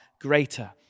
greater